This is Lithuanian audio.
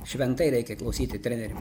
šventai reikia klausyti trenerių